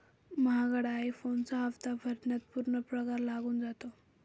महागडा आई फोनचा हप्ता भरण्यात पूर्ण पगार लागून जातो